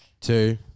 Two